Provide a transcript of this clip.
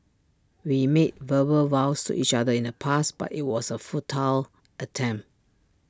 we made verbal vows to each other in the past but IT was A futile attempt